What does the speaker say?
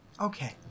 Okay